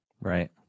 Right